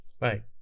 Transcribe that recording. Right